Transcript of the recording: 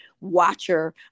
watcher